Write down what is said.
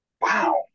wow